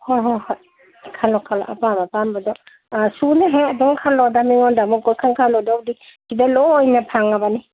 ꯍꯣ ꯍꯣ ꯍꯣꯏ ꯈꯜꯂꯣ ꯈꯜꯂꯣ ꯑꯄꯥꯝ ꯑꯄꯥꯝꯕꯗꯣ ꯁꯨꯅꯕ ꯍꯦꯛ ꯑꯗꯨꯝ ꯈꯜꯂꯣꯗ ꯃꯤꯉꯣꯟꯗ ꯑꯃꯨꯛ ꯀꯣꯏꯈꯟ ꯈꯜꯂꯨꯗꯧꯗꯤ ꯁꯤꯗ ꯂꯣꯏꯅ ꯐꯪꯉꯕꯅꯤ